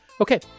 Okay